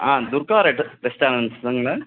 ஆ Durga ரெஸ்ட்டாரன்ஸ்ங்களா